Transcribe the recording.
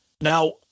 Now